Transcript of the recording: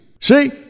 See